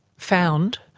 found?